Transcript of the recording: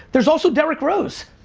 there's also derrick rose.